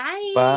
Bye